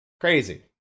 crazy